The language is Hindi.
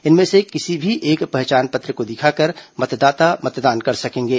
इनमें से किसी भी एक पहचान पत्र को दिखाकर मतदाता मतदान कर सकेंगे